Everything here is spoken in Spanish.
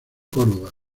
córdova